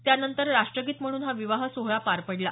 त्यानंतर राष्ट्रगीत म्हणून हा विवाह सोहळा पार पडला